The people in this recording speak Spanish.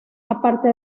aparte